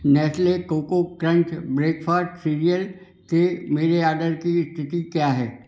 Nestle Koko Krunch breakfast cereal के मेरे order की स्थिति क्या है